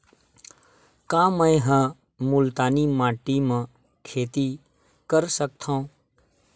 का मै ह मुल्तानी माटी म खेती कर सकथव?